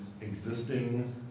existing